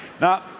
Now